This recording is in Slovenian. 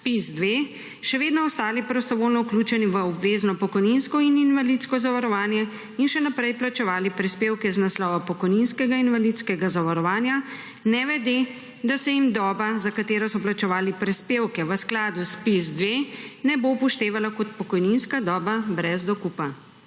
ZPIZ-2, še vedno ostali prostovoljno vključeni v obvezno pokojninsko in invalidsko zavarovanje in še naprej plačevali prispevke iz naslova pokojninskega in invalidskega zavarovanja, nevede da se jim doba, za katero so plačevali prispevke v skladu ZPIZ-2, ne bo upoštevala kot pokojninska doba brez dokupa.